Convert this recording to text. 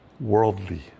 worldly